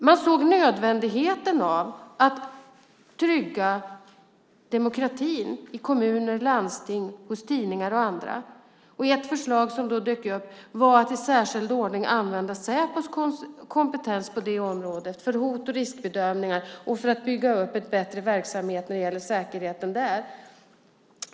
Man såg nödvändigheten av att trygga demokratin i kommuner och landsting, hos tidningar och andra. Ett förslag som dök upp var att i särskild ordning använda Säpos kompetens på det området för hot och riskbedömningar och för att bygga upp en bättre verksamhet när det gäller säkerheten där.